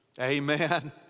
Amen